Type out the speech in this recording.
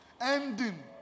Ending